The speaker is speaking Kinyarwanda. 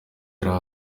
yicara